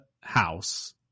house